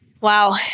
Wow